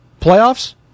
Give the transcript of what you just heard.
playoffs